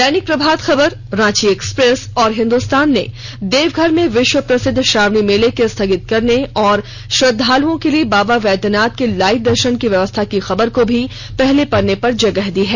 दैनिक Prabhat Khabar Ranchi Express और हिन्दुस्तान ने देवघर में विष्व प्रसिद्ध श्रावणी मेले के स्थगित करने और श्रद्वालुओं के लिए बाबा वैद्यनाथ के लाइव दर्षन की व्यवस्था की खबर को भी पहले पन्ने पर जगह दी है